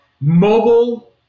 mobile